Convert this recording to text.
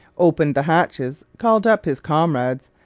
opened the hatches, called up his comrades,